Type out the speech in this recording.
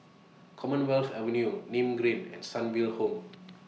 Commonwealth Avenue Nim Green and Sunnyville Home